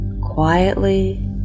quietly